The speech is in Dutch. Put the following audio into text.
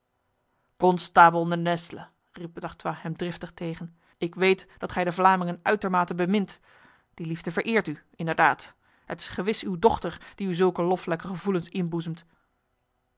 de nesle riep d'artois hem driftig tegen ik weet dat gij de vlamingen uitermate bemint die liefde vereert u inderdaad het is gewis uw dochter die u zulke loflijke gevoelens